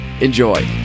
enjoy